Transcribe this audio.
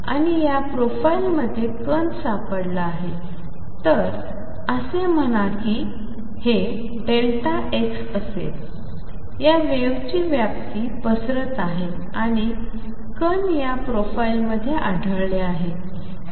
आणि या प्रोफाइलमध्ये कण सापडला आहे तर असे म्हणा की हे Δx असेल या वेव्हची व्याप्ती पसरत आहे आणि कण या प्रोफाइलमध्ये आढळले आहे